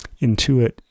intuit